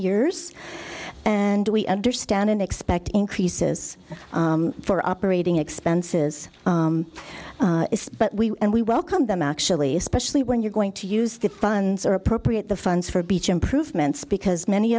years and we understand and expect increases for operating expenses but we and we welcome them actually especially when you're going to use the funds or appropriate the funds for beach improvements because many